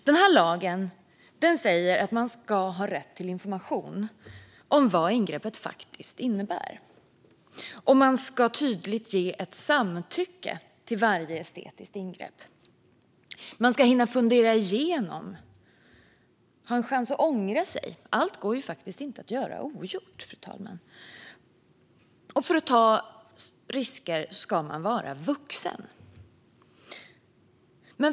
Denna lag säger att man ska har rätt till information om vad ingreppet faktiskt innebär och att man ska ge ett tydligt samtycke till varje estetiskt ingrepp. Man ska hinna fundera igenom och ha en chans att ångra sig - allt går ju inte att göra ogjort. Och för att ta risker ska man vara vuxen.